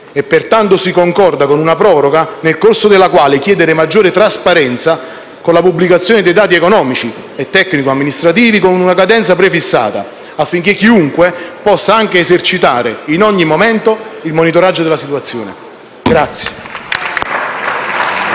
e pertanto si concorda con una proroga nel corso della quale chiedere maggiore trasparenza, con la pubblicazione dei dati economici e tecnico-amministrativi con cadenza prefissata, affinché chiunque possa anche esercitare in ogni momento il monitoraggio della situazione.